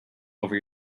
over